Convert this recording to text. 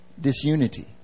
Disunity